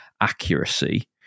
accuracy